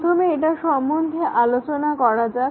প্রথমে এটা সম্বন্ধে আলোচনা করা যাক